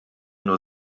nur